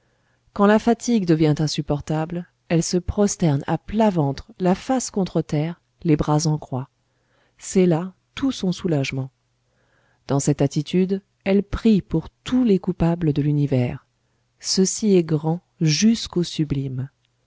quand la fatigue devient insupportable elle se prosterne à plat ventre la face contre terre les bras en croix c'est là tout son soulagement dans cette attitude elle prie pour tous les coupables de l'univers ceci est grand jusqu'au sublime